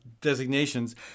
designations